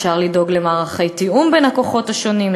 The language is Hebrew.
אפשר לדאוג למערכי תיאום בין הכוחות השונים,